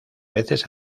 veces